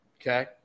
Okay